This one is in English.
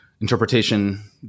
interpretation